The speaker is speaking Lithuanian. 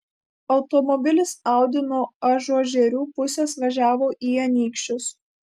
automobilis audi nuo ažuožerių pusės važiavo į anykščius